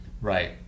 Right